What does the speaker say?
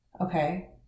Okay